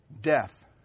Death